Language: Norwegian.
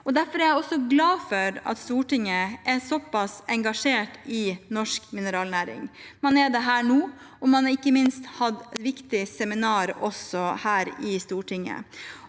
derfor er jeg også glad for at Stortinget er såpass engasjert i norsk mineralnæring. Man er det her nå, og man har ikke minst hatt et viktig seminar også her i Stortinget.